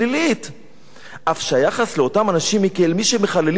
אף שהיחס לאותם אנשים הוא כאל מי שמחללים את כבודו של עם שלם.